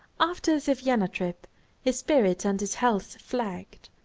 after the vienna trip his spirits and his health flagged.